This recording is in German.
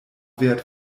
wert